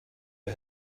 roi